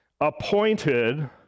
appointed